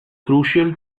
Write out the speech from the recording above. crucial